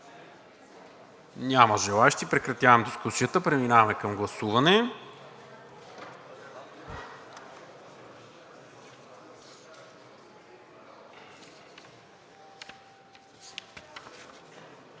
Няма. Прекратявам дискусията. Преминаваме към гласуване.